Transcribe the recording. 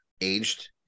aged